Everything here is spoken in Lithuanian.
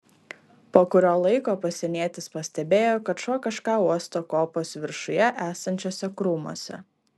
po kurio laiko pasienietis pastebėjo kad šuo kažką uosto kopos viršuje esančiuose krūmuose